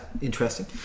Interesting